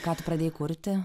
ką tupradėjai kurti